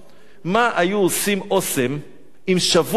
מה היו עושים "אסם" אם שבוע אחד